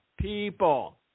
people